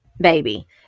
baby